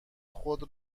خود